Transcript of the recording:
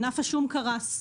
ענף השום קרס.